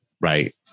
right